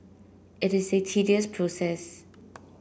it is a tedious process